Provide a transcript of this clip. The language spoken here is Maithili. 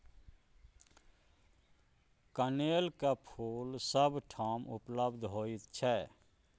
कनेलक फूल सभ ठाम उपलब्ध होइत छै